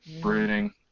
Brooding